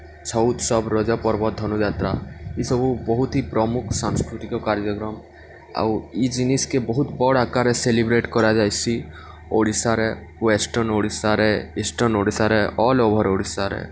ଛଉ ଉତ୍ସବ ରଜ ପର୍ବ ଧନୁଯାତ୍ରା ଇସବୁ ବହୁତ୍ ହି ପ୍ରମୁଖ ସାଂସ୍କୃତିକ କାର୍ଯ୍ୟକ୍ରମ୍ ଆଉ ଇ ଜିନିଷ୍କେ ବହୁତ୍ ବଡ଼୍ ଆକାର୍ରେ ସେଲିବ୍ରେଟ୍ କରାଯାଏସି ଓଡ଼ିଶାରେ ୱେଷ୍ଟର୍ଣ୍ଣ୍ ଓଡ଼ିଶାରେ ଇଷ୍ଟର୍ଣ୍ଣ୍ ଓଡ଼ିଶାରେ ଅଲ୍ଓଭର୍ ଓଡ଼ିଶାରେ